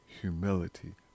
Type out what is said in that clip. humility